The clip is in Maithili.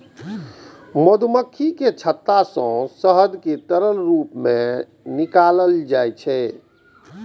मधुमाछीक छत्ता सं शहद कें तरल रूप मे निकालल जाइ छै